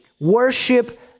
worship